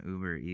Uber